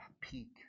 peak